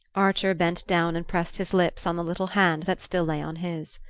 archer bent down and pressed his lips on the little hand that still lay on his.